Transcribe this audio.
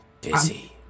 busy